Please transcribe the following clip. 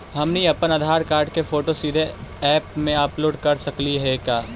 हमनी अप्पन आधार कार्ड के फोटो सीधे ऐप में अपलोड कर सकली हे का?